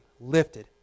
lifted